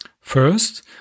First